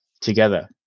together